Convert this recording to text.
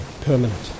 permanent